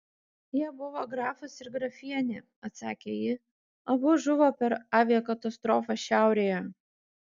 jie buvo grafas ir grafienė atsakė ji abu žuvo per aviakatastrofą šiaurėje